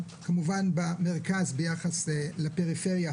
כמובן במרכז ביחס לפריפריה,